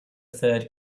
third